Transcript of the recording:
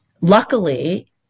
luckily